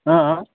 अँ